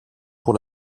pour